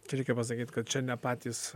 tai reikia pasakyt kad čia ne patys